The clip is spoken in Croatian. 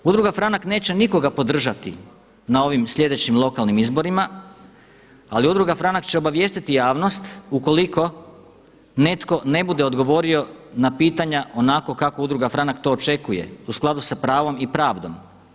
Udruga FRANAK neće nikoga podržati na ovim sljedećim lokalnim izborima ali Udruga FRANAK će obavijestiti javnost ukoliko netko ne bude odgovorio na pitanja onako kako Udruga FRANAK to očekuje u skladu sa pravom i pravdom.